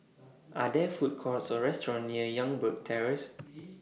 Are There Food Courts Or restaurants near Youngberg Terrace